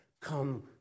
come